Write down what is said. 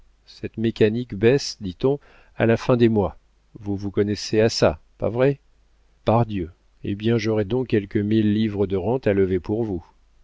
cette mécanique baisse dit-on à la fin des mois vous vous connaissez à ça pas vrai pardieu eh bien j'aurais donc quelques mille livres de rente à lever pour vous